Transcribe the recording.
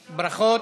ברכות,